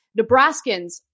Nebraskans